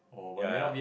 ya ya